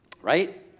right